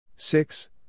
Six